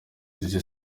ndetse